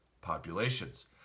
populations